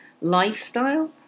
lifestyle